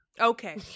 okay